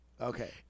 Okay